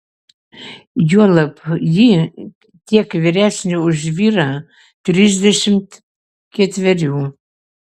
juolab ji tiek vyresnė už vyrą trisdešimt ketverių